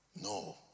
No